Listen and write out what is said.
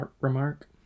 remark